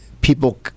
people